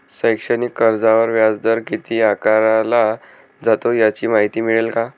शैक्षणिक कर्जावर व्याजदर किती आकारला जातो? याची माहिती मिळेल का?